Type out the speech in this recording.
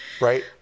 right